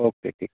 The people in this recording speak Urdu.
اوکے ٹھیک